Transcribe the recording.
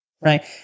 right